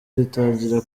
ritangira